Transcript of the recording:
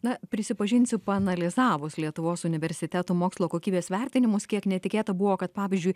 na prisipažinsiu paanalizavus lietuvos universitetų mokslo kokybės vertinimus kiek netikėta buvo kad pavyzdžiui